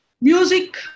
Music